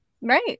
Right